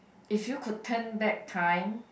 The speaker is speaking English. if you could turn back time